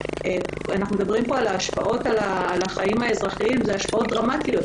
אנחנו מדברים פה על השפעות על החיים האזרחיים אלה השפעות דרמטיות.